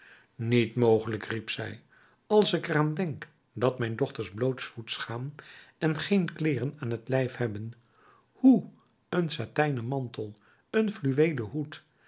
niet mogelijk riep zij als ik er aan denk dat mijn dochters blootsvoets gaan en geen kleeren aan t lijf hebben hoe een satijnen mantel een fluweelen hoed